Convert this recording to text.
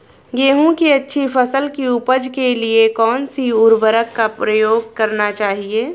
गेहूँ की अच्छी फसल की उपज के लिए कौनसी उर्वरक का प्रयोग करना चाहिए?